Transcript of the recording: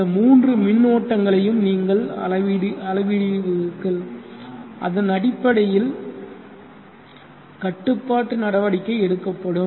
இந்த மூன்று மின் ஓட்டங்களையும் நீங்கள் அளவிடுவீர்கள்அதன் அடிப்படையில் கட்டுப்பாட்டு நடவடிக்கை எடுக்கப்படும்